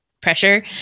pressure